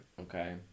Okay